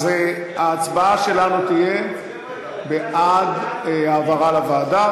אז ההצבעה שלנו תהיה בעד העברה לוועדה,